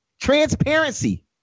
transparency